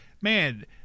man